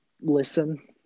listen